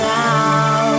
now